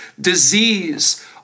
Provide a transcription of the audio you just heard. disease